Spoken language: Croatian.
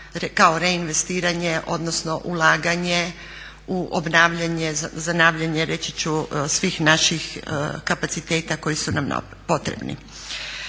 kao reinvestiranje, odnosno ulaganje u obnavljanje, zanavljanje reći ću svih naših kapaciteta koji su nam potrebni.